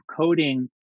coding